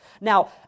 Now